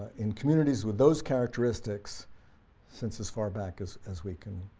and communities with those characteristics since as far back as as we can